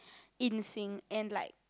in sync and like